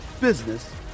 business